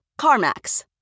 CarMax